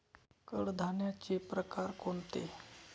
कडधान्याचे प्रकार कोणते?